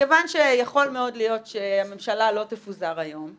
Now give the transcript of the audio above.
מכיוון שיכול מאוד להיות שהממשלה לא תפוזר היום,